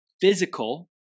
physical